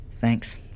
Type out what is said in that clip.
Thanks